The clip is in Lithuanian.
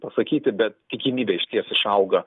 pasakyti bet tikimybė išties išauga